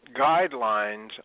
guidelines